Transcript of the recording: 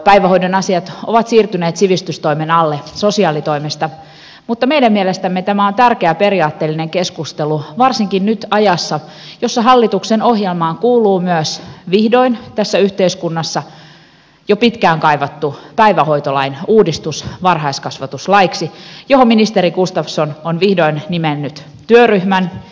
päivähoidon asiat ovat siirtyneet sivistystoimen alle sosiaalitoimesta mutta meidän mielestämme tämä on tärkeä periaatteellinen keskustelu varsinkin nyt ajassa jossa hallituksen ohjelmaan vihdoin kuuluu tässä yhteiskunnassa jo pitkään kaivattu päivähoitolain uudistus varhaiskasvatuslaiksi johon ministeri gustafsson on vihdoin nimennyt työryhmän